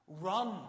Run